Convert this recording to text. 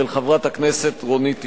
של חברת הכנסת רונית תירוש.